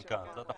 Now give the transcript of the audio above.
כן, הצעת החוק.